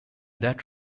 that